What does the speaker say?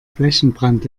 flächenbrand